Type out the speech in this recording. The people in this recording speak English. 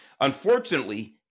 Unfortunately